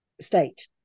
state